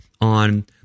on